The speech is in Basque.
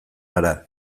gara